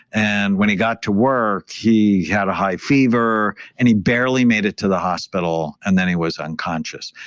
and when he got to work, he had a high fever. and he barely made it to the hospital. and then, he was unconscious,